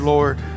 Lord